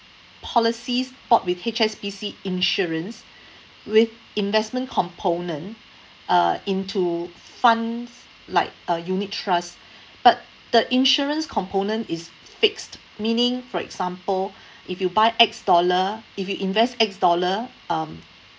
policies bought with H_S_B_C insurance with investment component uh into funds like a unit trust but the insurance component is fixed meaning for example if you buy X dollar if you invest X dollar um